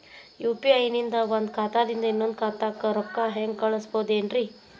UPI ನಿಂದ ಒಂದ್ ಖಾತಾದಿಂದ ಇನ್ನೊಂದು ಖಾತಾಕ್ಕ ರೊಕ್ಕ ಹೆಂಗ್ ಕಳಸ್ಬೋದೇನ್ರಿ?